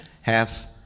half